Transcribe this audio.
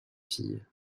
fille